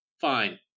fine